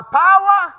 power